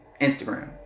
Instagram